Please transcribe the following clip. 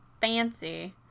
fancy